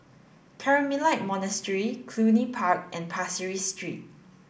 Carmelite Monastery Cluny Park and Pasir Ris Street